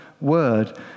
word